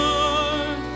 Lord